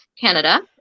Canada